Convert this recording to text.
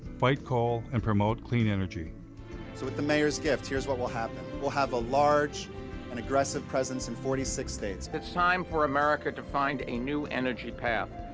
fight coal and promote clean energy. so with the mayor's gift, here's what will happen. we'll have a large and aggressive presence in forty six states. it's but time for america to find a new energy path.